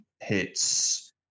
hits